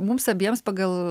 mums abiems pagal